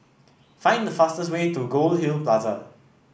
find the fastest way to Goldhill Plaza